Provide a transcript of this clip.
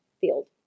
field